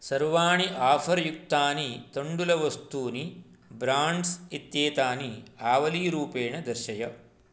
सर्वाणि आफ़र् युक्तानि तण्डुलवस्तूनि ब्राण्ड्स् इत्येतानि आवलीरूपेण दर्शय